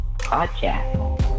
Podcast